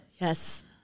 Yes